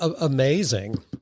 amazing